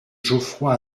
geoffroy